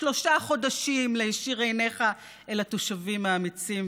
שלושה חודשים להישיר עיניך אל התושבים האמיצים,